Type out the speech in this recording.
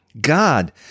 God